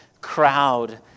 crowd